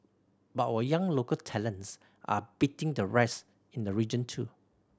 but our young local talents are beating the rest in the region too